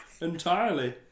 entirely